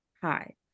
hi